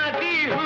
be